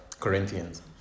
corinthians